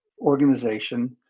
organization